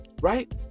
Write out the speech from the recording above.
Right